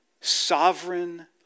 sovereign